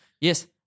Yes